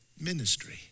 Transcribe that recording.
ministry